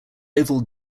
oval